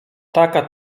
taka